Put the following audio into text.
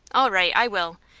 all right, i will.